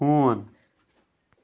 ہوٗن